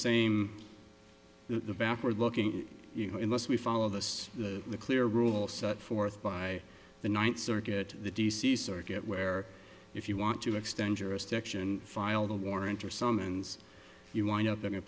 same the backward looking you know unless we follow this the clear rule set forth by the ninth circuit the d c circuit where if you want to extend jurisdiction filed a warrant or summons you wind up in a